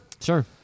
sure